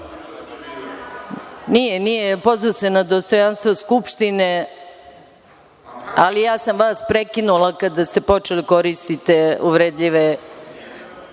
Nije, nije. Pozvao se na dostojanstvo Skupštine. Ja sam vas prekinula kada ste počeli da koristite uvredljive